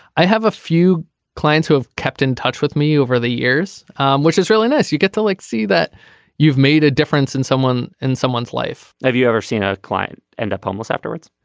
i have a few clients who have kept in touch with me over the years which is really nice. you get to like see that you've made a difference in someone in someone's life. have you ever seen a client end up homeless afterwards.